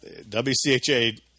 WCHA